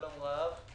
שלום רב.